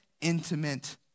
intimate